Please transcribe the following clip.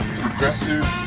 progressive